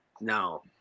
No